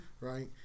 Right